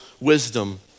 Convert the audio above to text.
wisdom